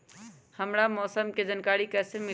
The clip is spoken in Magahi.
हमरा मौसम के जानकारी कैसी मिली?